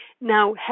now